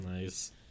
nice